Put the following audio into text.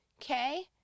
okay